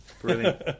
Brilliant